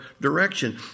direction